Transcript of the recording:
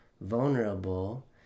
vulnerable